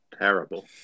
Terrible